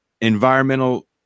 Environmental